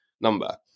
number